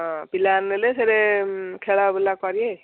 ହଁ ପିଲା ନେଲେ ସେଠି ଖେଳାବୁଲା କରିବେ